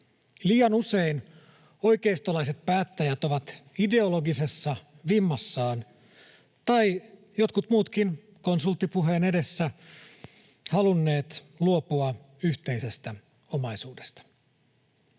Liian usein oikeistolaiset päättäjät ovat ideologisessa vimmassaan — tai jotkut muutkin konsulttipuheen edessä — halunneet luopua yhteisestä omaisuudesta.